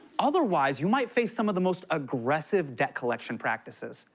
otherwise, you might face some of the most aggressive debt collection practices.